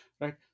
right